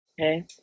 Okay